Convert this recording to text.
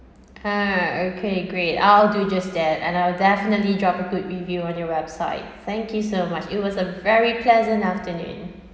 oh okay great I'll do it just that and I'll definitely drop a good review on your website thank you so much it was a very pleasant afternoon